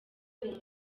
uwo